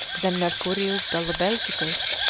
than mercurius gallobelgicus,